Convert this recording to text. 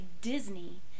Disney